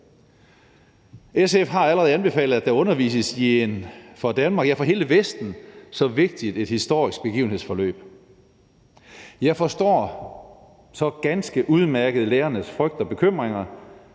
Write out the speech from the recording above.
SF har allerede anbefalet, at der undervises i et for dem, ja, for hele Vesten så vigtigt historisk begivenhedsforløb. Jeg forstår så ganske udmærket lærernes frygt og bekymringer.